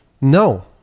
No